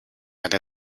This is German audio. eine